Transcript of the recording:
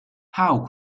how